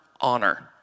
honor